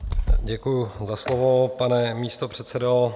Děkuji za slovo, pane místopředsedo.